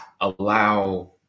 allow